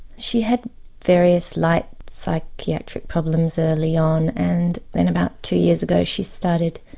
she had various light psychiatric problems early on and then about two years ago she started